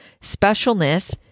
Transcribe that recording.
Specialness